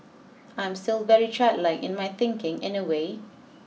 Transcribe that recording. I'm still very childlike in my thinking in a way